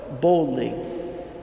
boldly